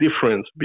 difference